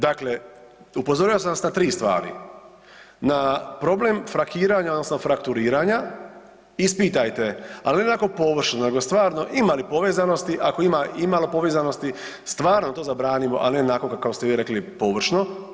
Dakle, upozorio sam vas na tri stvari, na problem frakiranja odnosno frakturiranja, ispitajte ali ne onako površno nego stvarno ima li povezanosti, ako ima imalo povezanosti stvarno to zabranimo, ali ne onako kako ste vi rekli površno.